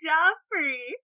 Joffrey